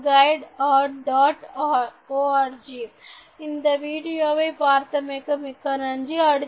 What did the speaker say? org இந்த வீடியோவை பார்த்தமைக்கு மிக்க நன்றி